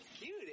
cute